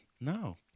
no